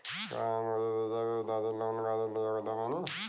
का हम उच्च शिक्षा के बिद्यार्थी लोन खातिर योग्य बानी?